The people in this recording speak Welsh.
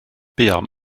buom